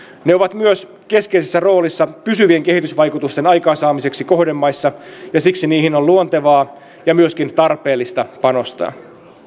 ne ovat myös keskeisessä roolissa pysyvien kehitysvaikutusten aikaansaamiseksi kohdemaissa ja siksi niihin on luontevaa ja myöskin tarpeellista panostaa